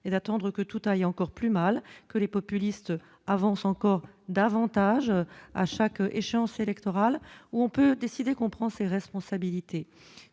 et d'attendre que tout aille encore plus mal que les populistes, avance encore davantage à chaque échéance électorale où on peut décider qu'on prend ses responsabilités,